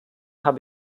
habe